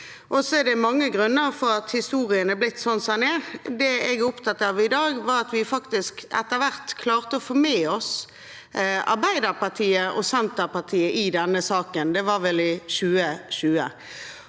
Det er mange grunner til at historien er blitt sånn som den er. Det jeg er opptatt av i dag, er at vi faktisk etter hvert klarte å få med oss Arbeiderpartiet og Senterpartiet i denne saken. Det var vel i 2020.